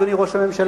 אדוני ראש הממשלה,